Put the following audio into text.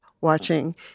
watching